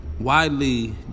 widely